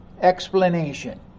explanation